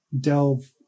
delve